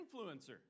influencer